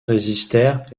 résistèrent